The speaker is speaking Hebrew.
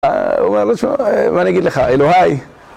מה אני אגיד לך, אלוהי